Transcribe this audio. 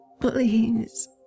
please